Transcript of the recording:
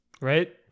right